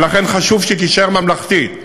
וחשוב שהיא תישאר ממלכתית.